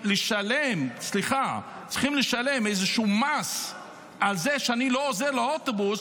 לשלם איזשהו מס על זה שאני לא עוזר לאוטובוס,